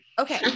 Okay